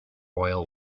oil